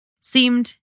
seemed